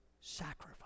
sacrifice